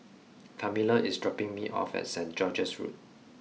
Carmella is dropping me off at Saint George's Road